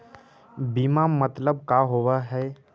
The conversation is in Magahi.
बीमा मतलब का होव हइ?